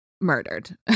murdered